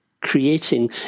creating